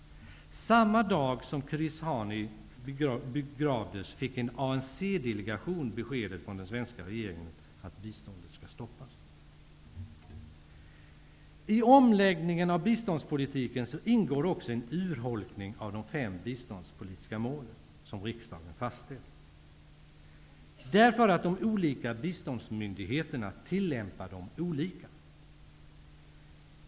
Samma dag som Chris Hani begravdes fick en ANC-delegation från den svenska regeringen beskedet att biståndet skall stoppas. I omläggningen av biståndspolitiken ingår också en urholkning av de fem biståndspolitiska mål som riksdagen har fastställt. De olika biståndsmyndigheterna tillämpar dessa mål olika.